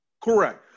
Correct